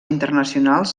internacionals